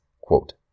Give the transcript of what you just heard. quote